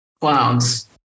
Clowns